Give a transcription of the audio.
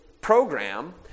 program